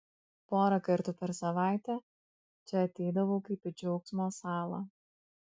porą kartų per savaitę čia ateidavau kaip į džiaugsmo salą